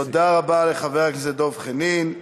תודה רבה לחבר הכנסת דב חנין.